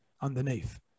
underneath